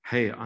Hey